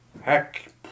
heck